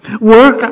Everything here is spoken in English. Work